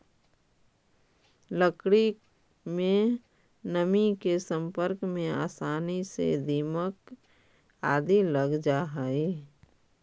लकड़ी में नमी के सम्पर्क में आसानी से दीमक आदि लग जा हइ